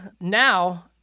Now